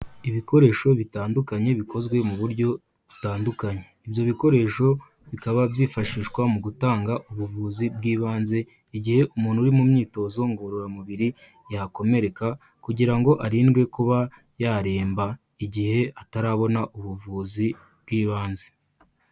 Ibikoresho bitandukanye bikozwe mu buryo butandukanye, ibyo bikoresho bikaba byifashishwa mu gutanga ubuvuzi bw'ibanze igihe umuntu uri mu myitozo ngororamubiri yakomereka, kugira ngo arindwe kuba yaremba, igihe atarabona ubuvuzi bw'ibanze.